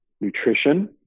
Nutrition